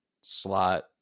slot